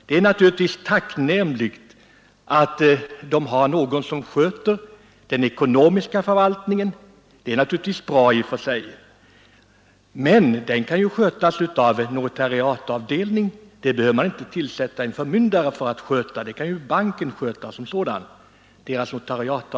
Det är naturligtvis tacknämligt i och för sig att den omyndige har någon som sköter den ekonomiska förvaltningen. Men detta kan ju skötas av en notariatavdelning. Det behöver man inte tillsätta en förmyndare att sköta.